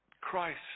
Christ